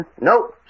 Nope